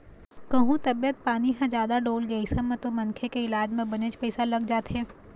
कहूँ तबीयत पानी ह जादा डोलगे अइसन म तो मनखे के इलाज म बनेच पइसा लग जाथे